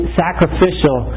sacrificial